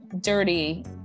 dirty